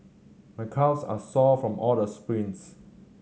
my calves are sore from all the sprints